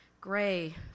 Gray